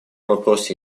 вопросе